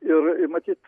ir matyt